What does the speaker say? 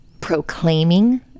proclaiming